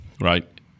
Right